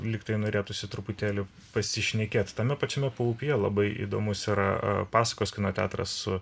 lyg tai norėtųsi truputėlį pasišnekėt tame pačiame paupyje labai įdomus yra pasakos kino teatras su